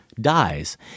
dies